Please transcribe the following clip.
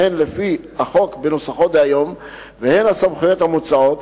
הן לפי החוק בנוסחו דהיום והן הסמכויות המוצעות,